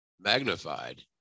magnified